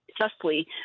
justly